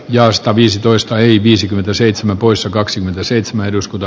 joista viisitoista eli viisikymmentäseitsemän poissa kaksikymmentäseitsemän eduskunta